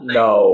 no